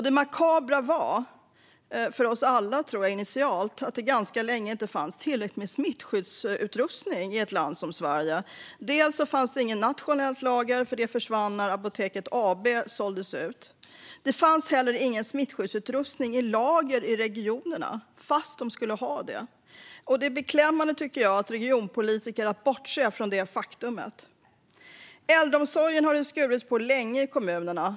Det makabra var initialt - för oss alla, tror jag - att det ganska länge inte fanns tillräckligt med smittskyddsutrustning i ett land som Sverige. Dels fanns det inget nationellt lager, för det försvann när Apoteket AB såldes ut, dels fanns heller ingen smittskyddsutrustning i lager i regionerna - fast de skulle ha det. Det är beklämmande av regionpolitiker att bortse från detta faktum. Äldreomsorgen har det skurits ned på länge i kommunerna.